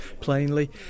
plainly